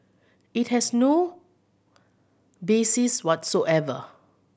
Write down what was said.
it has no basis whatsoever